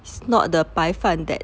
it's not the 白饭 that